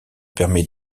permet